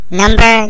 number